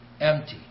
Empty